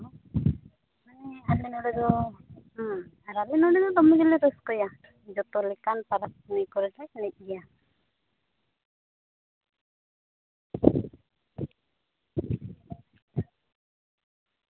ᱦᱮᱸ ᱟᱞᱮ ᱱᱚᱰᱮ ᱫᱚ ᱦᱮᱸ ᱟᱨ ᱟᱞᱮ ᱱᱚᱰᱮ ᱫᱚ ᱫᱚᱢᱮ ᱜᱮᱞᱮ ᱨᱟᱹᱥᱠᱟᱹᱭᱟ ᱡᱚᱛᱚ ᱞᱮᱠᱟᱱ ᱯᱚᱨᱚᱵ ᱯᱩᱱᱟᱹᱭ ᱠᱚᱨᱮᱞᱮ ᱮᱱᱮᱡᱽ ᱜᱮᱭᱟ